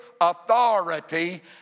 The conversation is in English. authority